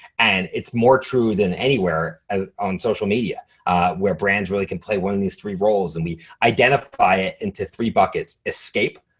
and it's more true than anywhere on social media where brands really can play one of these three roles and we identify it into three buckets, escape,